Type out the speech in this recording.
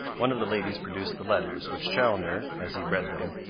one of the ladies produced the letters, which chaloner, as he read them,